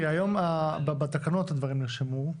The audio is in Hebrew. היום בתקנות הדברים נרשמו,